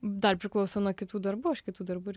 dar priklauso nuo kitų darbų aš kitų darbų ir